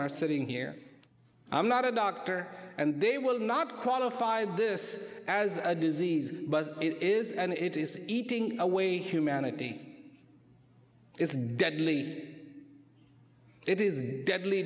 are sitting here i'm not a doctor and they will not qualify this as a disease was it is and it is eating away humanity is deadly it is a deadly